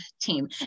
team